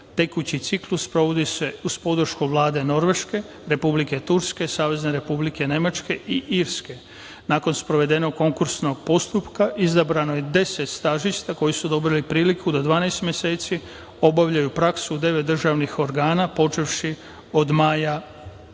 Tekući ciklus sprovodi se uz podršku Vlade Norveške, Republike Turske, Savezne Republike Nemačke i Irske. Nakon sprovedenog konkursnog postupka izabrano je deset stažista koji su dobili priliku da 12 meseci obavljaju praksu u devet državnih organa, počevši od maja prošle